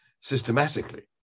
systematically